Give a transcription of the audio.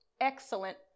excellent